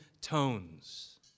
tones